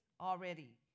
already